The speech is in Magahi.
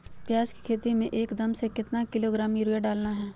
प्याज की खेती में एक एकद में कितना किलोग्राम यूरिया डालना है?